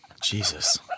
Jesus